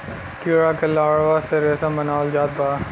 कीड़ा के लार्वा से रेशम बनावल जात बा